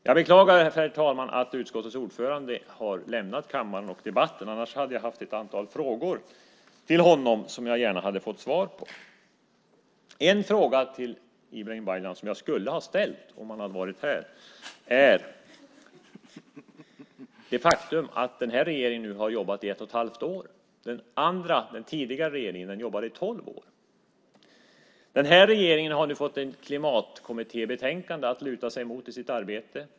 Jag beklagar, herr talman, att utskottets ordförande har lämnat kammaren och debatten, annars hade jag ett par frågor till honom som jag gärna hade velat ha svar på. En fråga som jag skulle ha ställt till Ibrahim Baylan om han hade varit här handlar om att den här regeringen nu har arbetat i ett och ett halvt år och att den tidigare regeringen jobbade i tolv år. Den här regeringen har nu fått ett klimatkommittébetänkande att luta sig mot i sitt arbete.